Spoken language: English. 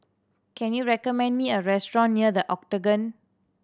can you recommend me a restaurant near The Octagon